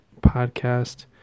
podcast